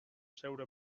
zeure